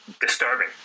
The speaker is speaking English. disturbing